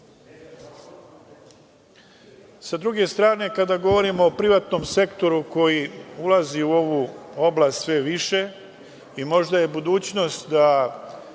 druge strane, kada govorimo o privatnom sektoru koji ulazi u ovu oblast sve više, možda je budućnost da